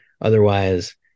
Otherwise